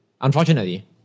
Unfortunately